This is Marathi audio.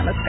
नमस्कार